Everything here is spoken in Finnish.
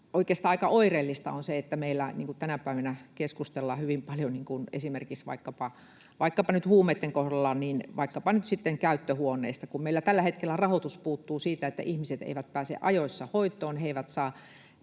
oikeastaan aika oireellista on, että meillä tänä päivänä keskustellaan hyvin paljon esimerkiksi vaikkapa nyt huumeitten kohdalla vaikkapa nyt sitten käyttöhuoneista. Kun meillä tällä hetkellä rahoitus puuttuu siitä, että ihmiset pääsisivät ajoissa hoitoon, ja he eivät saa